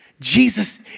Jesus